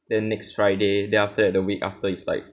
then next friday then after that the week after is like